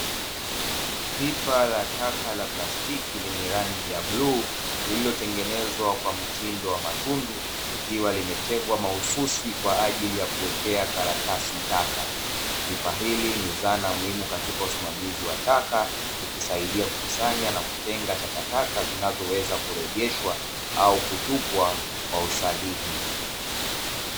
Pipa la taka la plastiki lenye rangi ya bluu lililotengenezwa kwa mtindo wa matundu, likiwa limetengwa mahususi kwa ajili ya kuwekea karatasi taka, pipa hili ni zana muhimu katika usimamizi wa taka likisaidia kukusanya na kutenga takataka zinazoweza kurejeshwa au kutupwa kwa usahihi.